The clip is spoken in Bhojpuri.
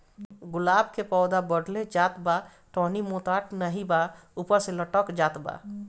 गुलाब क पौधा बढ़ले जात बा टहनी मोटात नाहीं बा ऊपर से लटक जात बा?